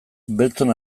beltzon